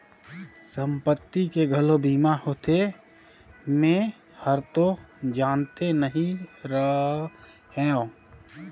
संपत्ति के घलो बीमा होथे? मे हरतो जानते नही रहेव